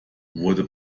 wurde